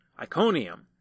Iconium